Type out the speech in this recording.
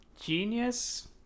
genius